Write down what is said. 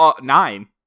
Nine